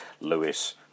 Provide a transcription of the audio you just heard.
Lewis